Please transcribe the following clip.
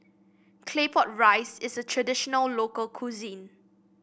Claypot Rice is a traditional local cuisine